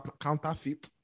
counterfeit